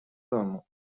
domu